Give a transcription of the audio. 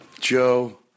Joe